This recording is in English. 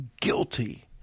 guilty